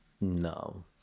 no